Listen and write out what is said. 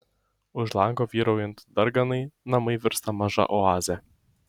už lango vyraujant darganai namai virsta maža oaze